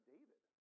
David